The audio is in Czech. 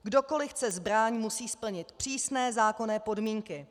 Kdokoliv chce zbraň, musí splnit přísné zákonné podmínky.